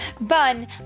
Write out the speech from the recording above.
Bun